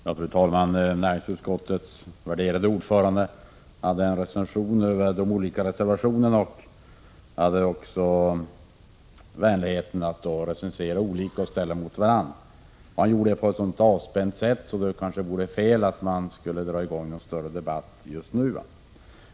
Fru talman! Näringsutskottets värderade ordförande hade vänligheten att recensera de olika reservationerna och ställa dem mot varandra. Han gjorde det på ett så avspänt sätt att det kanske vore fel att dra i gång någon större debatt just nu.